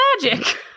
magic